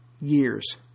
years